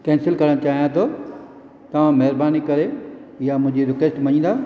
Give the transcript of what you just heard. cancel करणु चाहियां थो तव्हां महिरबानी करे इहा मुंहिंजी रिक्वेस्टे मञीदा